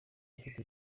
ifite